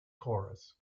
chorus